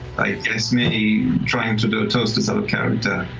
i guess maybe trying to do a toast is out of character.